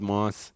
Moss